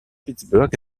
pittsburgh